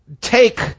take